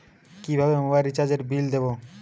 কিভাবে মোবাইল রিচার্যএর বিল দেবো?